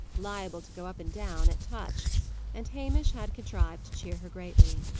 liable to go up and down at touch and hamish had contrived to cheer her greatly.